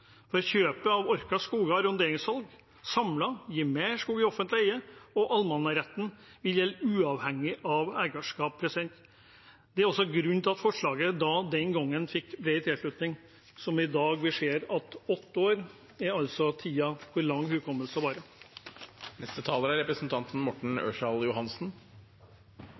For kjøpet av Orklas skoger og arronderingssalg gir samlet mer skog i offentlig eie, og allemannsretten vil gjelde uavhengig av eierskap. Det er også grunnen til at forslaget den gangen fikk bred tilslutning, men i dag ser vi at åtte år er altså tiden for hvor